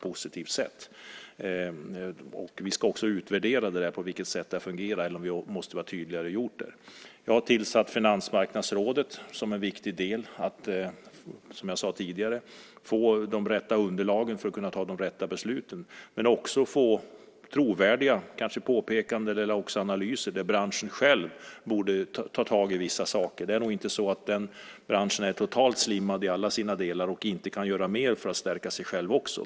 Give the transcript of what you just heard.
Vi ska också utvärdera hur detta fungerar och se om vi kanske måste vara tydligare. Jag har tillsatt Finansmarknadsrådet, som har en viktig roll för att vi ska få fram det rätta underlaget och kunna ta de rätta besluten. Men man kan också göra trovärdiga påpekanden eller analyser där branschen själv borde ta tag i vissa saker. Branschen är nog inte totalt slimmad i alla sina delar så att man inte kan göra mer för att stärka sig själv.